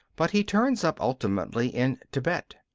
but he turns up ultimately in tibet.